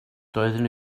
doeddwn